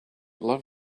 love